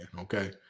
Okay